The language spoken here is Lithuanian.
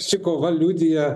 ši kova liudija